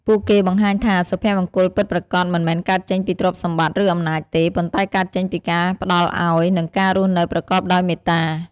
ពួកគេបង្ហាញថា សុភមង្គលពិតប្រាកដមិនមែនកើតចេញពីទ្រព្យសម្បត្តិ ឬអំណាចទេ ប៉ុន្តែកើតចេញពីការផ្ដល់ឱ្យ និងការរស់នៅប្រកបដោយមេត្តា។